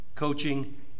Coaching